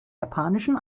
japanischen